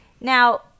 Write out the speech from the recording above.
Now